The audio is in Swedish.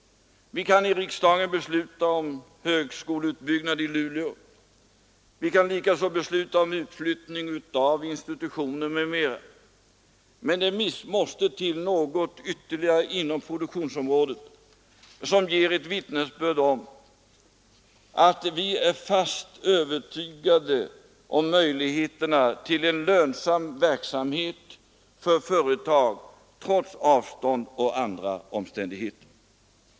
Vi kan i riksdagen besluta om högskoleutbyggnad i Luleå, vi kan likaså besluta om utflyttning av institutioner m.m. Men det måste till något ytterligare inom produktionsområdet som kan ge ett vittnesbörd om att vi är fast övertygade om möjligheterna till en lönsam verksamhet för företag i Norrbotten trots avstånd och andra omständigheter.